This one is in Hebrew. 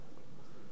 קודם כול,